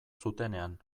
zutenean